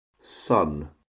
sun